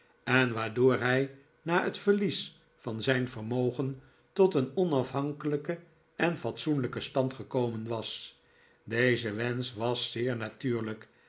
en waardoor hi na het verlies van zijn vermogen tot een onafhankelijken en fatsoenlijken stand gekomen was deze wensch was zeer natuurlijk